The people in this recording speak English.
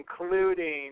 including